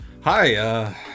hi